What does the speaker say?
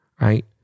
right